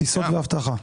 טיסות ואבטחה.